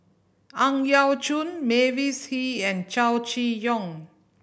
Ang Yau Choon Mavis Hee and Chow Chee Yong